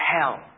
hell